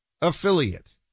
affiliate